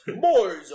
Boys